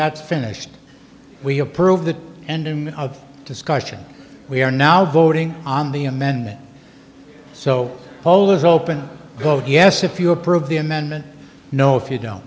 that's finished we approve the end of discussion we are now voting on the amendment so poll is open yes if you approve the amendment no if you don't